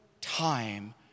time